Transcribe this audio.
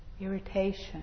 Irritation